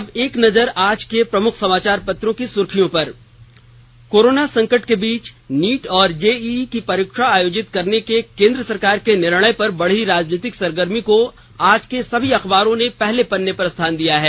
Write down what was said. और अब एक नजर आज के प्रमुख समाचार पत्रों की सुर्खियों पर कोरोना संकट के बीच नीट और जेईई की परीक्षा आयोजित करने के केन्द्र सरकार के निर्णय पर बढ़ी राजनीतिक सरगर्मी को आज के सभी अखबारों ने पहले पन्ने पर स्थान दिया है